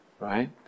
Right